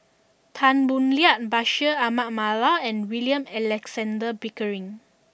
Tan Boo Liat Bashir Ahmad Mallal and William Alexander Pickering